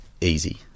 easy